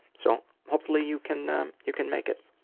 so hopefully you can you can make it.